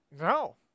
no